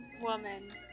woman